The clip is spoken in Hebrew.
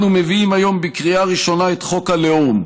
אנו מביאים היום בקריאה ראשונה את חוק הלאום,